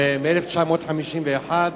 מ-1951.